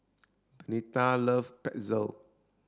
Bernetta love Pretzel